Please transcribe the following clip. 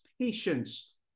patience